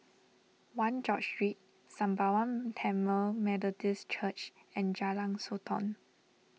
one George Street Sembawang Tamil Methodist Church and Jalan Sotong